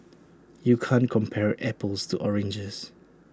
you can't compare apples to oranges